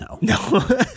no